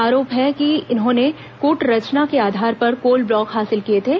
आरोप है कि इन्होंने कूटरचना के आधार कोल ब्लॉक हासिल किये थे